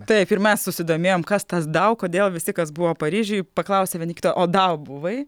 taip ir mes susidomėjom kas tas dau kodėl visi kas buvo paryžiuj paklausia vieni kitų o dau buvai